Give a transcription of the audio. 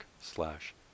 slash